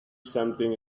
something